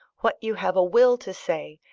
what you have a will to say,